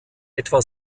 etwa